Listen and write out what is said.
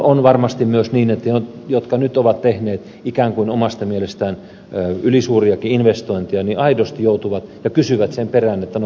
on varmasti myös niin että ne jotka omasta mielestään ovat nyt tehneet ikään kuin ylisuuriakin investointeja aidosti kysyvät sen perään korvaako kukaan